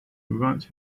right